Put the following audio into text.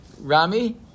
Rami